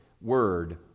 word